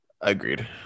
Agreed